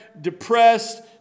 depressed